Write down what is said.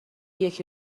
یکی